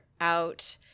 out